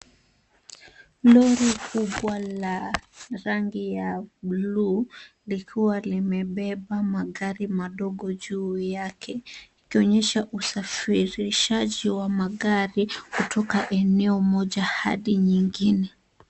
Lori kubwa la rangi ya blue , likiwa limebeba magari madogo juu yake, ikionyesha usafirishaji wa magari kutoka eneo moja hadi nyingine.